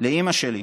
לאימא שלי,